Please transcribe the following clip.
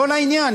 לא לעניין.